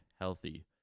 healthy